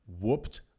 whooped